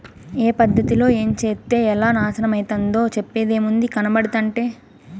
ఏ పద్ధతిలో ఏంచేత్తే ఎలా నాశనమైతందో చెప్పేదేముంది, కనబడుతంటే